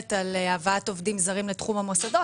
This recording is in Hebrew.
על הבאת עובדים זרים לתחום המוסדות.